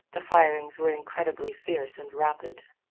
the firings were incredibly fierce and rapid.